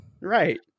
Right